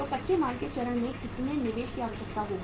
तो कच्चे माल के चरण में कितने निवेश की आवश्यकता होगी